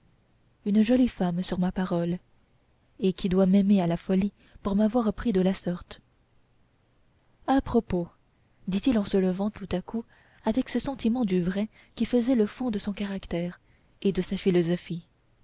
une jolie femme sur ma parole et qui doit m'aimer à la folie pour m'avoir pris de la sorte à propos dit-il en se levant tout à coup avec ce sentiment du vrai qui faisait le fond de son caractère et de sa philosophie